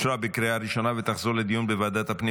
אושרה בקריאה ראשונה ותחזור לדיון בוועדת הפנים